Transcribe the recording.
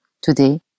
today